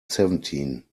seventeen